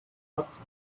supposed